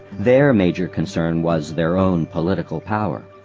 their major concern was their own political power.